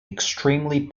extremely